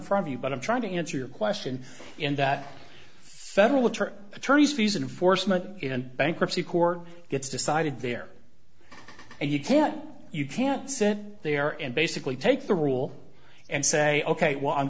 front of you but i'm trying to answer your question in that federal attorneys fees and for some of it in bankruptcy court gets decided there and you can't you can't sit there and basically take the rule and say ok well i'm